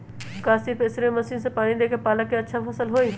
का सिर्फ spray machine से पानी देके पालक के अच्छा फसल होई?